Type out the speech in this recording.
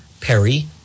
Perry